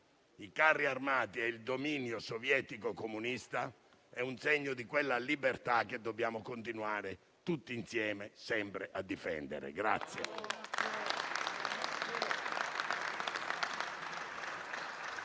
i carri armati e il dominio sovietico comunista è un segno di quella libertà che dobbiamo continuare tutti insieme sempre a difendere.